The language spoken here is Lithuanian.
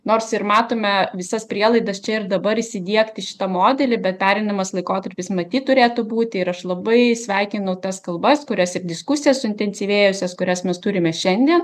nors ir matome visas prielaidas čia ir dabar įsidiegti šitą modelį bet pereinamas laikotarpis matyt turėtų būti ir aš labai sveikinu tas kalbas kurias ir diskusijas suintensyvėjusias kurias mes turime šiandien